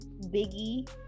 biggie